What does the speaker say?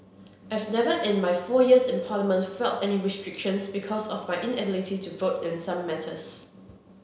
I've never in my four years in Parliament felt any restrictions because of my inability to vote in some matters